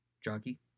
Jockey